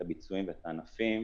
את הביצועים ואת הענפים,